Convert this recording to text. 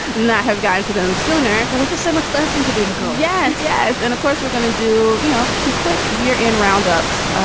not have gotten to them sooner. i like just so much thirsting to do, nicole. yes. yes. and of course, we're gonna do you know a quick here in roundups